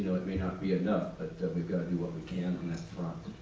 it may not be enough, but we've gotta do what we can on that front.